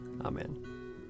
Amen